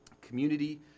community